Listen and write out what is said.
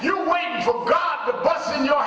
you know